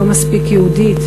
לא מספיק יהודית,